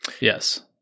Yes